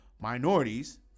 minorities